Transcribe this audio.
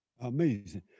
Amazing